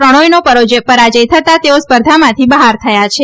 પ્રણોયનો પરાજય થતાં તેઓ સ્પર્ધામાંથી બહાર થયા છે